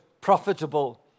profitable